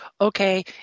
okay